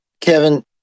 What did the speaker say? kevin